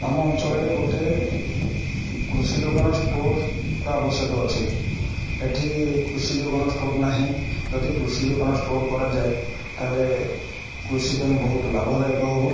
ଆମ ଅଞ୍ଚଳରେ ଗୋଟେ କୃଷି ଯୋଗାଣ ଷ୍ଟୋର୍ର ଆବଶ୍ୟକ ଅଛି ଏଠି କୃଷି ଯୋଗାଣ ଷ୍ଟୋର୍ ନାହିଁ ଯଦି କୃଷି ଯୋଗାଣ ଷ୍ଟୋର୍ କରାଯାଏ ତା'ହେଲେ କୃଷି ପାଇଁ ବହୁତ ଲାଭଦାୟକ ହବ